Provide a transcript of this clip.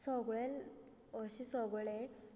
सगळें अशें सगळें